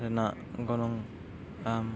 ᱨᱮᱱᱟᱜ ᱜᱚᱱᱚᱝ ᱟᱢ